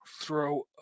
Throw